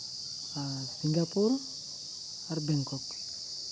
ᱟᱨ Singapore ᱟᱨ Bangkok